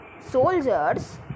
soldiers